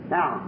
Now